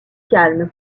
calmes